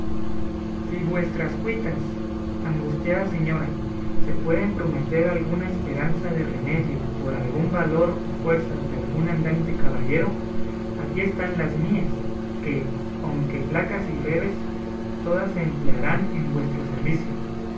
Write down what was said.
si vuestras cuitas angustiada señora se pueden prometer alguna esperanza de remedio por algún valor o fuerzas de algún andante caballero aquí están las mías que aunque flacas y breves todas se emplearán en vuestro servicio